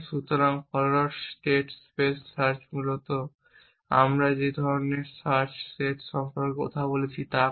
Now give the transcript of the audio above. সুতরাং forward state space search মূলত আমরা যে ধরনের সার্চ সেট সম্পর্কে কথা বলছি তা করে